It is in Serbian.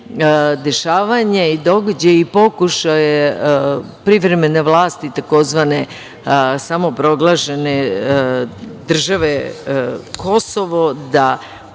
dešavanje i događaj i pokušaj privremene vlasti tzv. samoproglašene države Kosovo da